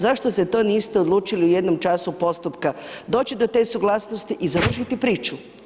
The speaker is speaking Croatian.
Zašto ste to niste odlučili u jednom času postupka doći do te suglasnosti i završiti priču?